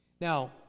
Now